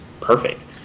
perfect